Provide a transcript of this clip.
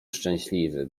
szczęśliwy